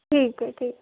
ٹھیک ہے ٹھیک